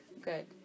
good